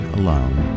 alone